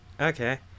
Okay